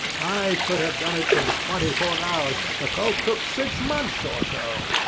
i could have done it in twenty-four hours. lecoq took six months or so.